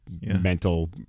mental